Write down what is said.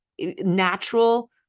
natural